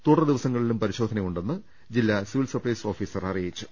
തുടർദിവസങ്ങളിലും പരിശോധനയുണ്ടകുമെന്ന് ജില്ലാസിവിൽസപ്ലൈസ് ഓഫീസർ അറിയിച്ചു